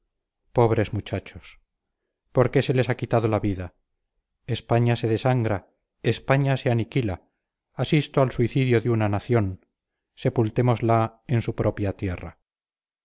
pobres muchachos por qué se les ha quitado la vida españa se desangra españa se aniquila asisto al suicidio de una nación sepultémosla en su propia tierra